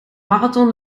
marathon